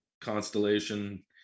constellation